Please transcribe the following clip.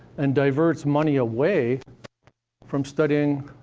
and diverts money away from studying